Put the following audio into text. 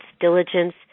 diligence